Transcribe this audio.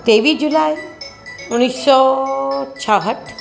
टेवीह जुलाई उणिवीह सौ छाहठि